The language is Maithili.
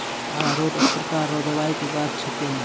अरारोट एक प्रकार रो दवाइ के गाछ छिके